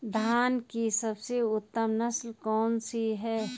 धान की सबसे उत्तम नस्ल कौन सी है?